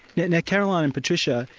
now carolyn and patricia,